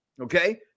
Okay